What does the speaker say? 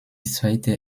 zweite